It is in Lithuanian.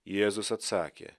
jėzus atsakė